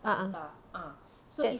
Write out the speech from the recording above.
ah ah that